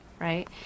Right